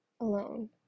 alone